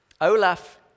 Olaf